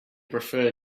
prefer